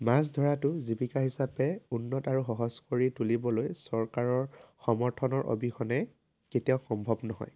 মাছ ধৰাটো জীৱিকা হিচাপে উন্নত আৰু সহজ কৰি তুলিবলৈ চৰকাৰৰ সমৰ্থনৰ অবিহনে কেতিয়াও সম্ভৱ নহয়